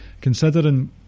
Considering